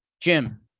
Jim